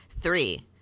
Three